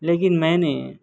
لیکن میں نے